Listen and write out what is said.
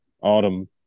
autumn